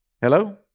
Hello